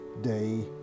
day